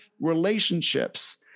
relationships